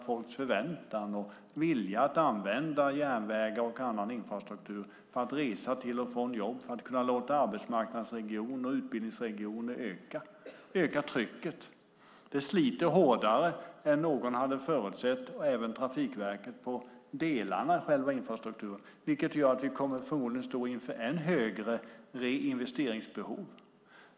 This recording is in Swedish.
Folks förväntan och vilja att använda järnvägar och annan infrastruktur för att resa till och från jobb för att låta arbetsmarknadsregioner och utbildningsregioner växa ökar trycket. Det sliter hårdare på delarna i infrastrukturen än någon hade förutsett, även Trafikverket, vilket gör att vi förmodligen kommer att stå inför ett ännu högre reinvesteringsbehov.